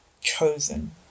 chosen